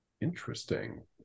interesting